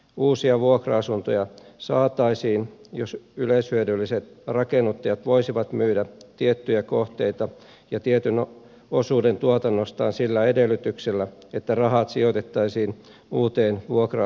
uusia vuokra asuntoja saataisiin jos yleishyödylliset rakennuttajat voisivat myydä tiettyjä kohteita ja tietyn osuuden tuotannostaan sillä edellytyksellä että rahat sijoitettaisiin uuteen vuokra asuntotuotantoon